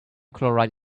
chloride